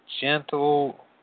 gentle